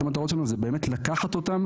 אחת המטרות שלנו זה באמת לקחת אותם,